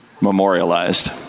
memorialized